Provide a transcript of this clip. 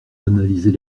d’analyser